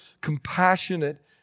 compassionate